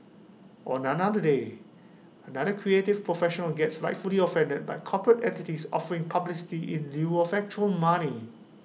day another creative professional gets rightfully offended by corporate entities offering publicity in lieu of actual money